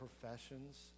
professions